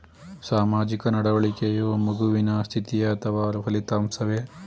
ಸಾಮಾಜಿಕ ನಡವಳಿಕೆಯು ಮಗುವಿನ ಸ್ಥಿತಿಯೇ ಅಥವಾ ಫಲಿತಾಂಶವೇ?